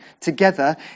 together